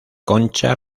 concha